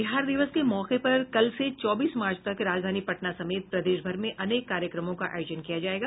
बिहार दिवस के मौके पर कल से चौबीस मार्च तक राजधानी पटना समेत प्रदेशभर में अनेक कार्यक्रमों का आयोजन किया जायेगा